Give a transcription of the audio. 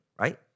Right